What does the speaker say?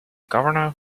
governor